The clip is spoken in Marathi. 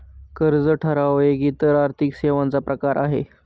कर्ज ठराव एक इतर आर्थिक सेवांचा प्रकार आहे